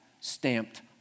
stamped